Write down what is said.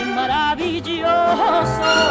maravilloso